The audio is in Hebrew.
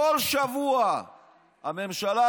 כל שבוע הממשלה,